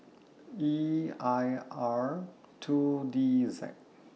E I R two D Z